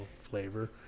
flavor